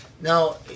Now